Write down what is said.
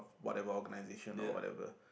whatever organisation or whatever